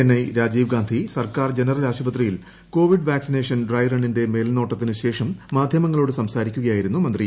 ചെന്നൈ രാജീവ് ഗാന്ധി സർക്കാർ ജനറൽ ആശുപത്രിയിൽ Covid vaccination dry റണ്ണിന്റെ മേൽനോട്ടത്തിന് ശേഷം മാധ്യമങ്ങളോട് സംസാരിക്കുകയായിരുന്നു മന്ത്രി